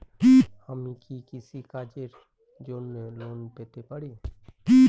আমি কি কৃষি কাজের জন্য লোন পেতে পারি?